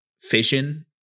fission